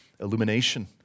illumination